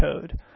code